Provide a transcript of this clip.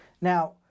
Now